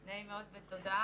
נעים מאוד ותודה.